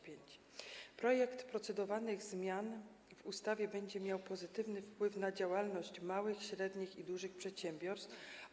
Projekt procedowanych zmian w ustawie będzie miał pozytywny wpływ na działalność małych, średnich i dużych przedsiębiorstw.